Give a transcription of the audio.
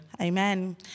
Amen